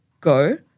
go